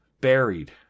buried